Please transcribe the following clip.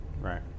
Right